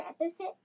episode